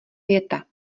věta